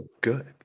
good